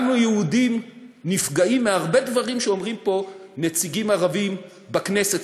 גם יהודים נפגעים מהרבה דברים שאומרים פה נציגים ערבים בכנסת,